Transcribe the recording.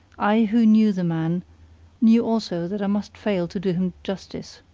i who knew the man knew also that i must fail to do him justice.